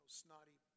snotty